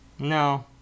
No